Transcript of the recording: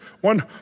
one